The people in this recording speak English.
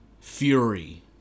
Fury